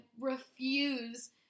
refuse